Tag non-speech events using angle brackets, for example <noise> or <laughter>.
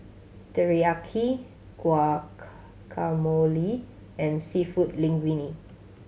Teriyaki <unintelligible> and Seafood Linguine